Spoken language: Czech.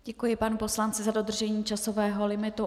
Děkuji panu poslanci za dodržení časového limitu.